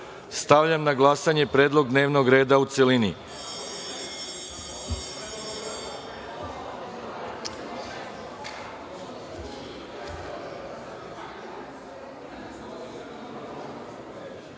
stavljam na glasanje predlog dnevnog reda u